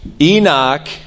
Enoch